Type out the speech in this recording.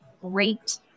great